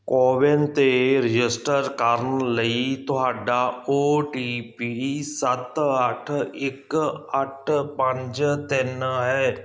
ਕੋਵਿਨ 'ਤੇ ਰਜਿਸਟਰ ਕਰਨ ਲਈ ਤੁਹਾਡਾ ਓ ਟੀ ਪੀ ਸੱਤ ਅੱਠ ਇੱਕ ਅੱਠ ਪੰਜ ਤਿੰਨ ਹੈ